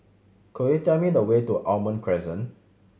could you tell me the way to Almond Crescent